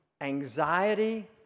anxiety